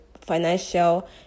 financial